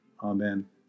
Amen